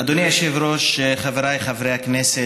אדוני היושב-ראש, חבריי חברי הכנסת,